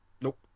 nope